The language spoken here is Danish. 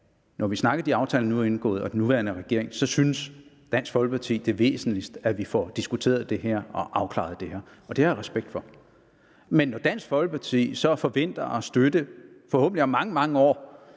når vi snakker om de aftaler, den nuværende regering har indgået, så synes Dansk Folkeparti, at det væsentligste er, at vi får diskuteret og afklaret det her. Det har jeg respekt for. Men når Dansk Folkeparti så forventer at støtte – forhåbentlig om mange, mange år